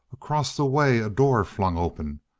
across the way a door flung open,